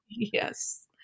Yes